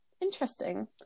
interesting